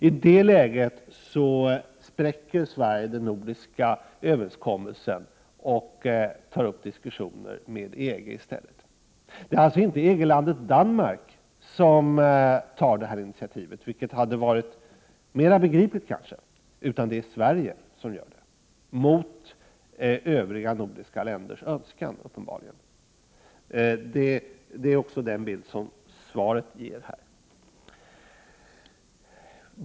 I det läget spräcker Sverige den nordiska överenskommelsen och tar upp diskussioner med EG i stället. Det är således inte EG-landet Danmark som tar detta initiativ, vilket kanske hade varit mera begripligt, utan det är Sverige som gör det — uppenbarligen mot de övriga nordiska ländernas önskan. Det är också den bild som svaret ger här.